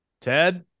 Ted